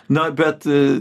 na bet